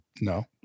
No